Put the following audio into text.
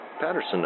Patterson